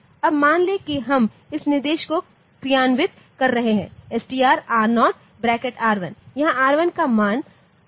अब मान लें कि हम इस निर्देश को क्रियान्वित कर रहे हैं STR R0 ब्रैकेट R1 जहाँ R1 का मान 0 x 200 है